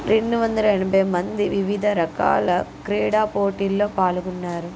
రెండువందల ఎనభై మంది వివిధ రకాల క్రీడ పోటీల్లో పాల్గొన్నారు